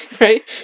right